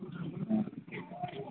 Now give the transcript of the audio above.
ಹ್ಞೂ